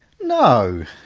no!